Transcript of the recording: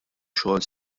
xogħol